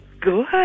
good